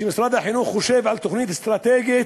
כי כשמשרד החינוך חושב על תוכנית אסטרטגית,